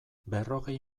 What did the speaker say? berrogei